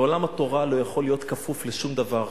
עולם התורה לא יכול להיות כפוף לשום דבר.